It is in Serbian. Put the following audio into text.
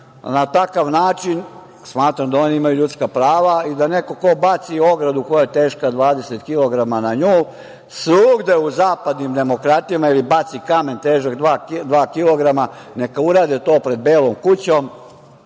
na takav način. Smatram da oni imaju ljudska prava i da neko ko baci ogradu koja je teška 20 kilograma na nju, svugde u zapadnim demokratijama ili bace kamen težak dva kilograma, neka urade to pred Belom kućom,